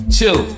Chill